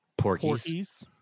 Porkies